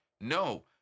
No